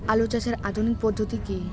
আলু চাষের আধুনিক পদ্ধতি কি?